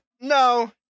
no